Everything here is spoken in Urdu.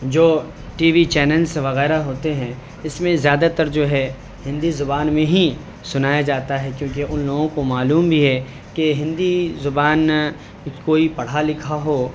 جو ٹی وی چینلس وغیرہ ہوتے ہیں اس میں زیادہ تر جو ہے ہندی زبان میں ہی سنایا جاتا ہے کیونکہ ان لوگوں کو معلوم بھی ہے کہ ہندی زبان کوئی پڑھا لکھا ہو